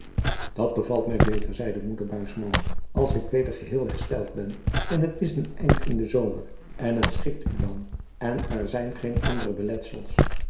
dat bevalt mij beter zeide moeder buisman als ik weder geheel hersteld ben en het is een eind in den zomer en het schikt u dan en er zijn geen andere